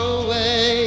away